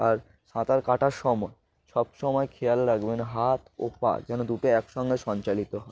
আর সাঁতার কাটার সময় সব সমময় খেয়াল রাখবেন হাত ও পা যেন দুটো একসঙ্গে সঞ্চালিত হয়